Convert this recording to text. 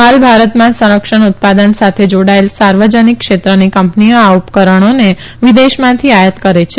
હાલ ભારતમાં સંરક્ષણ ઉત્પાદન સાથે જાડાયેલ સાર્વજનીક ક્ષેત્રની કંપનીઓ આ ઉપકરણોને વિદેશમાંથી આયાત કરે છે